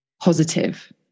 positive